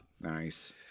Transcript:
nice